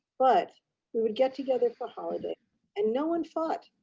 but we would get together for holidays and no one fought.